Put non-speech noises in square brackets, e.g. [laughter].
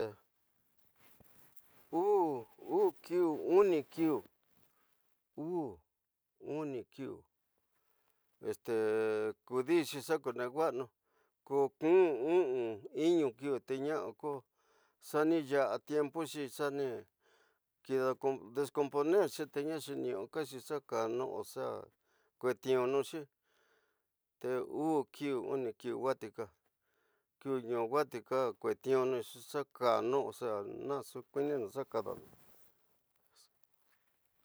[noise] uu, uu kiú, uni kiú, [hesitation] kudixi xa ku ne wainu ko ki’in vu, inu ki’u tena xaki xani xaa tiempo xi, xani kida descompone te xeeninxi ka xa kanu o xa kuet’yiunu te vu ki’u, uni ki’u te watika ki’u, nu watika kuet’yiunu xaa kanu o xa naxu kuininu xa kadanu